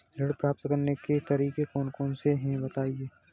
ऋण प्राप्त करने के तरीके कौन कौन से हैं बताएँ?